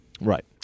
Right